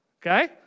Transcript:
Okay